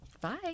Bye